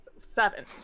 Seven